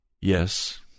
Yes